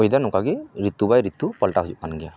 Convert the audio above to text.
weather ᱱᱚᱝᱠᱟᱜᱮ ᱨᱤᱛᱩ ᱵᱟᱭ ᱨᱤᱛᱩ ᱯᱟᱞᱴᱟᱣ ᱦᱤᱡᱩᱜ ᱠᱟᱱ ᱜᱮᱭᱟ